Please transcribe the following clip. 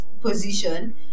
position